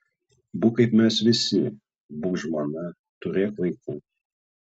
būk kaip mes visi būk žmona turėk vaikų